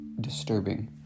disturbing